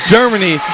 Germany